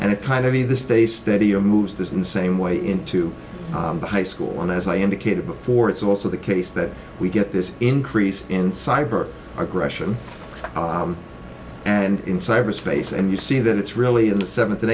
and it kind of either stay steady or moves this in the same way into the high school one as i indicated before it's also the case that we get this increase in cyber aggression and in cyberspace and you see that it's really in the seventh and